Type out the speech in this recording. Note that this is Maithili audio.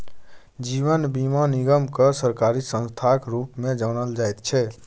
जीवन बीमा निगमकेँ सरकारी संस्थाक रूपमे जानल जाइत छै